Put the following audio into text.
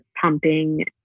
pumping